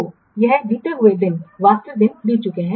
तो यह बीते हुए दिन वास्तविक दिन बीत चुके हैं